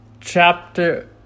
Chapter